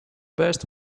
best